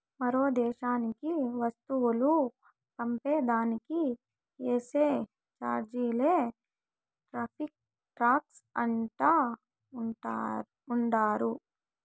మరో దేశానికి వస్తువులు పంపే దానికి ఏసే చార్జీలే టార్రిఫ్ టాక్స్ అంటా ఉండారు